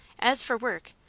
as for work,